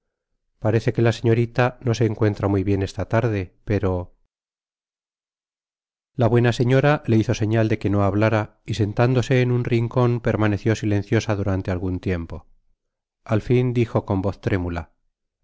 parece que la señorita no se encuentra muy bien esta tarde pero la buena señora le hizo señal de que no hablára y sentándose en un rincon permaneció silenciosa durante algun tiempo ál fin dijo con voz trémula